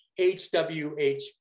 HWH